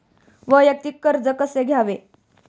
वैयक्तिक कर्ज कसे घ्यावे?